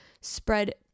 spread